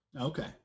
Okay